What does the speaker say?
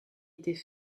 était